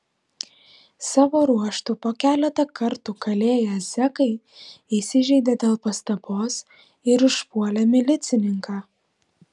savo ruožtu po keletą kartų kalėję zekai įsižeidė dėl pastabos ir užpuolė milicininką